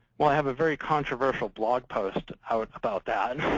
well, i have a very controversial blog post out about that.